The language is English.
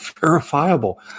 verifiable